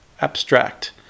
abstract